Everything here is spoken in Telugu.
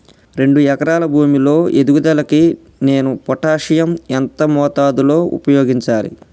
రెండు ఎకరాల భూమి లో ఎదుగుదలకి నేను పొటాషియం ఎంత మోతాదు లో ఉపయోగించాలి?